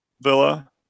Villa